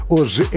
Hoje